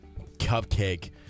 cupcake